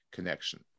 Connection